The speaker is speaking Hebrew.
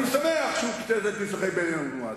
אני שמח שהוא ציטט את מסמכי ביילין ואבו מאזן.